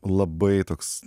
labai toks